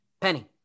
penny